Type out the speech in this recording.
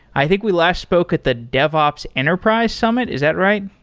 i think we last spoke at the devops enterprise summit. is that right?